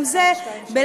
גם זה בלחץ,